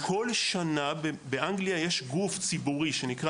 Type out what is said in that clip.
יתירה מכך, כל שנה באנגליה יש גוף ציבורי שנקרא